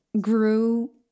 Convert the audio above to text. grew